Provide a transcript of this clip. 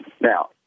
Now